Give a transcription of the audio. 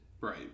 Right